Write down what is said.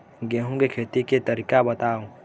गेहूं के खेती के तरीका बताव?